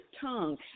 tongue